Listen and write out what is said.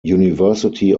university